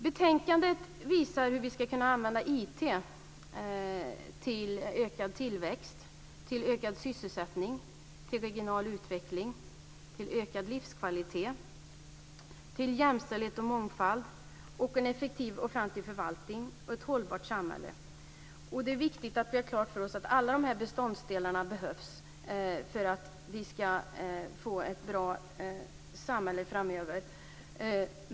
Betänkandet visar hur vi ska kunna använda IT för ökad tillväxt, ökad sysselsättning, regional utveckling, ökad livskvalitet, jämställdhet och mångfald, en effektiv offentlig förvaltning och ett hållbart samhälle. Det är viktigt att vi har klart för oss att alla dessa beståndsdelar behövs för att vi ska få ett bra samhälle framöver.